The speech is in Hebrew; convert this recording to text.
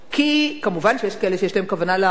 כי מובן שיש כאלה שיש להם כוונה להרוס.